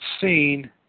seen